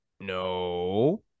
no